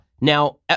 Now